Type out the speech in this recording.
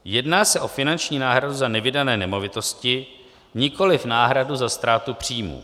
Jedná se o finanční náhradu za nevydané nemovitosti, nikoliv náhradu za ztrátu příjmu.